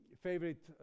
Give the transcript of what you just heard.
favorite